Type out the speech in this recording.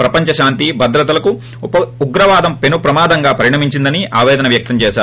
ప్రపంచ శాంతి భద్రతలకు ఉగ్రవాదం పెను ప్రమాదంగా పరిణమించిందని ఆపేదన వ్యక్తం చేసారు